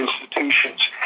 institutions